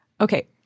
Okay